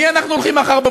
היינו צריכים היום,